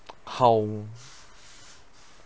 how